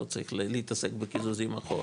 לא צריך להתעסק בקיזוזים אחורה.